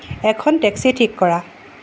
এখন টেক্সি ঠিক কৰা